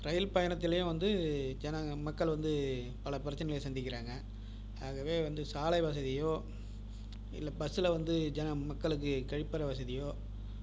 ரயில் பயணத்திலையும் வந்து ஜனங்க மக்கள் வந்து பல பிரச்சினைகளை சந்திக்கிறாங்க ஆகவே வந்து சாலை வசதியோ இலலை பஸ்ஸில் வந்து ஜன மக்களுக்கு கழிப்பறை வசதியோ